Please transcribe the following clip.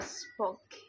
spoke